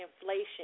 inflation